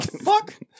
fuck